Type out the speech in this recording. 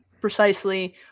precisely